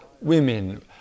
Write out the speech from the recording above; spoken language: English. women